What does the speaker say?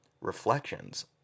Reflections